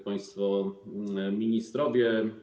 Państwo Ministrowie!